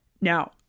Now